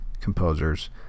composers